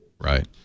Right